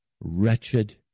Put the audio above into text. wretched